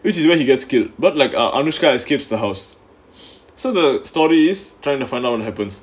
which is where he gets killed but like a anushka as keeps the house so the stories trying to find out what happens